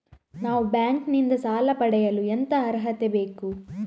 ನಾವು ಬ್ಯಾಂಕ್ ನಿಂದ ಸಾಲ ಪಡೆಯಲು ಎಂತ ಅರ್ಹತೆ ಬೇಕು?